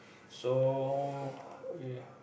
so we